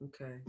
okay